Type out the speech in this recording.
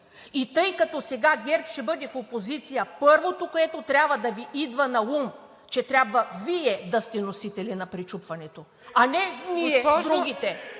И тъй като сега ГЕРБ ще бъде в опозиция първото, което трябва да Ви идва наум, е, че трябва Вие да сте носители на пречупването, а не ние другите.